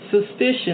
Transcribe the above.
suspicion